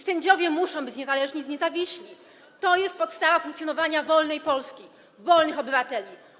Sędziowie muszą być niezależni i niezawiśli, to jest podstawa funkcjonowania wolnej Polski, wolnych obywateli.